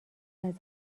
ازت